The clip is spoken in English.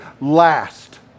last